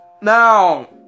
Now